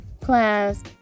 class